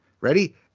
ready